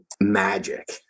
magic